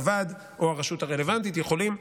אולם הוועד או הרשות הרלוונטית יכולים,